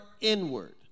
inward